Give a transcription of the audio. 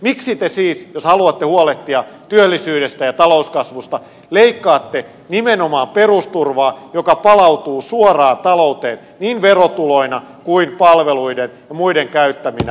miksi te siis jos haluatte huolehtia työllisyydestä ja talouskasvusta leikkaatte nimenomaan perusturvaa joka palautuu suoraan talouteen niin verotuloina kuin palveluiden ja muiden käyttäminä työpaikkoina